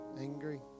Angry